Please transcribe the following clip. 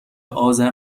آذر